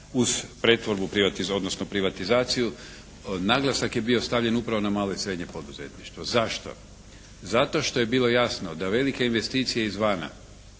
uz pretvorbu odnosno privatizaciju naglasak je bio stavljen upravo na malo i srednje poduzetništvo. Zašto? Zato što je bilo jasno da velike investicije izvana